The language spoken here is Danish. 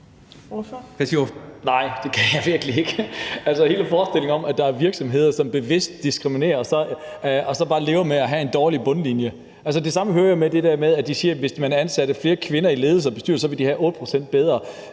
Nej, det kan jeg virkelig ikke. Altså, hele forestillingen om, at der er virksomheder, som bevidst diskriminerer og så bare lever med at have en dårlig bundlinje, og det samme hører jeg nogen sige i forhold til det der med, at hvis man ansatte flere kvinder i ledelser og bestyrelser, ville man have 8 pct. bedre